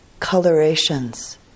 colorations